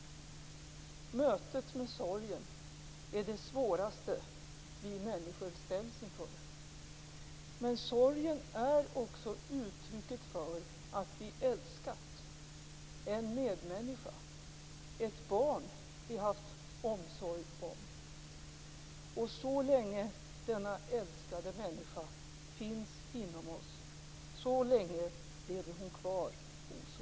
Mötet med sorgen är det svåraste vi människor ställs inför. Men sorgen är också uttrycket för att vi älskat - en medmänniska, ett barn vi haft omsorg om. Så länge denna älskade människa finns inom oss, så länge lever hon kvar hos oss.